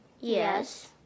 yes